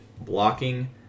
Blocking